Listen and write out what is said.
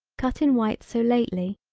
cut in white so lately.